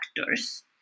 actors